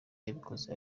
yabikoze